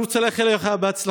אני רוצה לאחל לך בהצלחה,